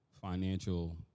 financial